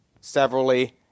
severally